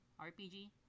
RPG